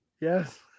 Yes